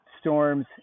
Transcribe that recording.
storms